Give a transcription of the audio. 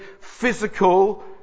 physical